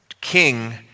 king